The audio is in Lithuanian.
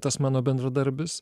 tas mano bendradarbis